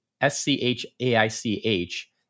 S-C-H-A-I-C-H